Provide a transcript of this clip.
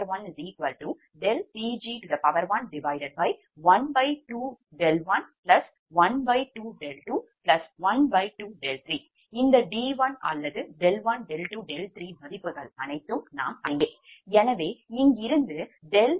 இந்த 𝑑1 𝑑2 d3 மதிப்புகள் அனைத்தும் அறிந்ததே எனவே இங்கிருந்து ∆Pg1 மதிப்புகள் அறியப்படுகின்றன